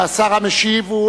זכות ערעור על החלטות מוסדות שיפוט